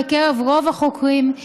בקרב רוב החוקרים,